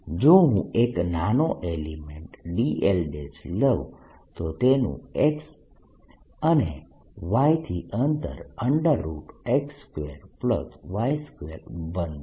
જો હું એક નાનો એલીમેન્ટ dl લઉં તો તેનું x અને y થી અંતર x2y2 બનશે